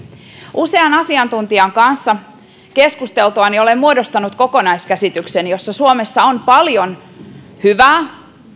usean asiantuntijan kanssa keskusteltuani olen muodostanut kokonaiskäsitykseni että suomessa on paljon hyvää